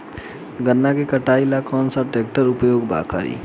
गन्ना के कटाई ला कौन सा ट्रैकटर के उपयोग करी?